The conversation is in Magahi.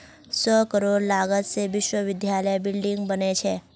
सौ करोड़ लागत से विश्वविद्यालयत बिल्डिंग बने छे